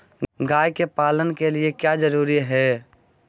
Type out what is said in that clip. गाय के पालन के लिए क्या जरूरी है?